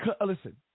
listen